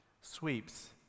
sweeps